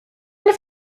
mind